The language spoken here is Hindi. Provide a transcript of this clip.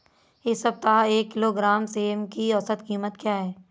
इस सप्ताह एक किलोग्राम सेम की औसत कीमत क्या है?